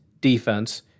defense